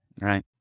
Right